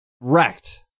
wrecked